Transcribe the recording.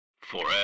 Forever